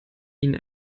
ihnen